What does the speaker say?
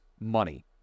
Money